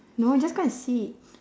no just go and see